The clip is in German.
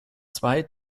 zwei